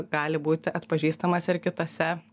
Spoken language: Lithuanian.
gali būti atpažįstamas ir kitose